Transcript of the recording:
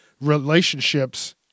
relationships